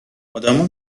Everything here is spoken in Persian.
آدمها